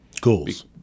goals